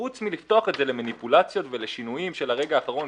חוץ מלפתוח את זה למניפולציות ולשינויים של הרגע האחרון,